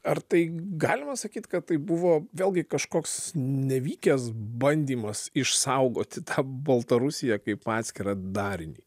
ar tai galima sakyt kad tai buvo vėlgi kažkoks nevykęs bandymas išsaugoti tą baltarusiją kaip atskirą darinį